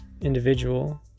Individual